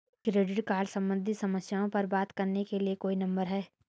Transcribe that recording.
Credit card सम्बंधित समस्याओं पर बात करने के लिए कोई नंबर है?